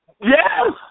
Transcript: Yes